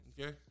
okay